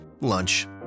lunch